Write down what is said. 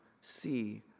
see